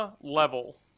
level